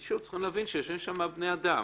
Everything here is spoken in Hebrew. שוב, צריך להבין שיושבים שם בני אדם,